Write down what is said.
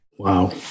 Wow